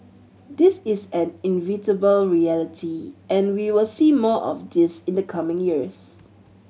this is an reality and we will see more of this in the coming years